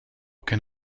can